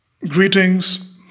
Greetings